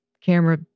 camera